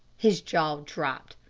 his jaw dropped.